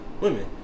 women